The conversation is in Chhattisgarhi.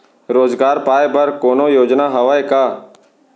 रोजगार पाए बर कोनो योजना हवय का?